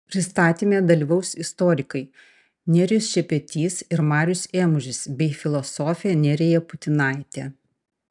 pristatyme dalyvaus istorikai nerijus šepetys ir marius ėmužis bei filosofė nerija putinaitė